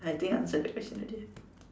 I think I've answered the question already